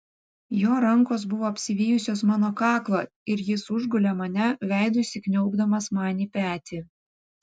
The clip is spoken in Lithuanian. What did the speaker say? jo rankos buvo apsivijusios mano kaklą ir jis užgulė mane veidu įsikniaubdamas man į petį